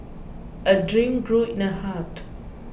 a dream grew in her heart